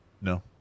No